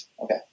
Okay